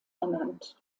ernannt